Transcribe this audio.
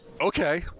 Okay